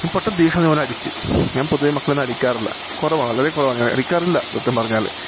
പെട്ടെന്ന് ദേഷ്യം വന്ന് ഞാൻ അവനെ അടിച്ച് ഞാൻ പൊതുവേ മക്കളെ ഒന്നും അടിക്കാറില്ല കുറവാണ് വളരെ കുറവാണ് അങ്ങനെ അടിക്കാറില്ല സത്യം പറഞ്ഞാൽ